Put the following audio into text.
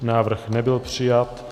Návrh nebyl přijat.